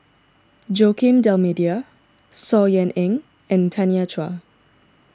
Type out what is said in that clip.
Joaquim D'Almeida Saw Ean Ang and Tanya Chua